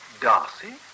Darcy